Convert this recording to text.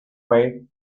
way